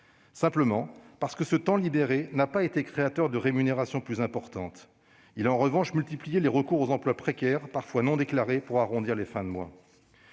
simplement parce que ce temps libéré n'a pas été créateur d'une rémunération plus importante. Elle a en revanche eu pour conséquence la multiplication du recours aux emplois précaires, parfois non déclarés, pour arrondir les fins de mois.